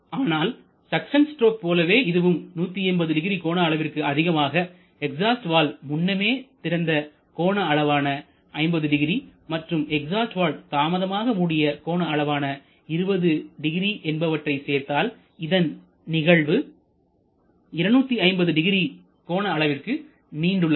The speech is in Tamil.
ஆனால் சக்சன் ஸ்ட்ரோக் போலவே இதுவும் 1800 கோண அளவிற்கு அதிகமாக எக்ஸாஸ்ட் வால்வு முன்னமே திறந்த கோண அளவான 500 மற்றும் எக்ஸாஸ்ட் வால்வு தாமதமாக மூடிய கோண அளவான 200 என்பவற்றை சேர்த்தால் இந்த நிகழ்வு 2500 கோண அளவிற்கு நீண்டுள்ளது